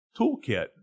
toolkit